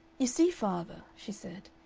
you see, father, she said,